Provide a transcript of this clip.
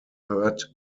third